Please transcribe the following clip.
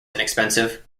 inexpensive